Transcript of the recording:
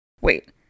Wait